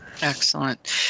Excellent